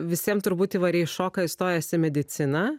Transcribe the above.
visiem turbūt įvarei šoką įstojęs į mediciną